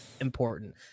important